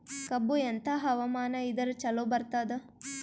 ಕಬ್ಬು ಎಂಥಾ ಹವಾಮಾನ ಇದರ ಚಲೋ ಬರತ್ತಾದ?